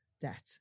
debt